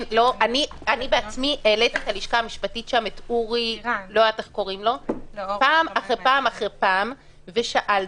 אני בעצמי דיברתי עם הלשכה המשפטית שם פעם אחר פעם אחר פעם ושאלתי.